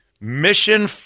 Mission